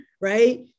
right